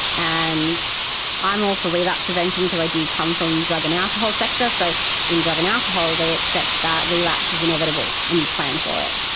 and i'm all for relapse prevention because i do come from the drug and alcohol sector, so in drug and alcohol they accept that relapse is inevitable and you plan for it.